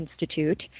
Institute